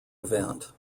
event